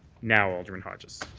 now alderman hodges,